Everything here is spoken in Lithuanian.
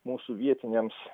mūsų vietiniams